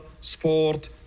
sport